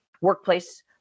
workplace